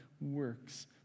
works